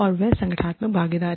और वह है और संगठनात्मक भागीदारी